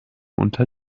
unter